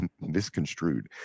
misconstrued